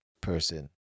person